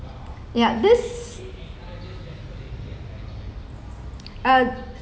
yeah this uh